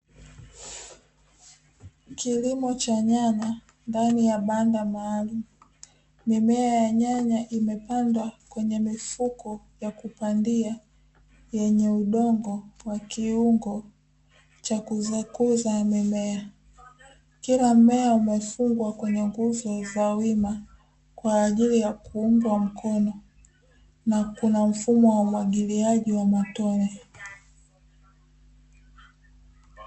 Kilimo cha nyanya ndani ya banda maalumu mimea ya nyanya imepandwa kwenye mifuko ya kupandia yenye udongo wa kiungo cha kuzakuza mimea umefungwa kwenye nguzo za wima kwa ajili ya kuumbwa mkono na kuna mfumo wa umwagiliaji wa matone.